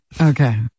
Okay